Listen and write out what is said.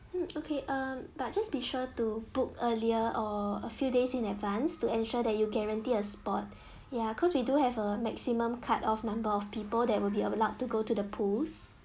um okay um but just be sure to book earlier or a few days in advance to ensure that you guaranteed a spot ya cause we do have a maximum cut off number of people that will be allowed to go to the pool